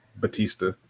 Batista